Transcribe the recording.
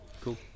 cool